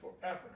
forever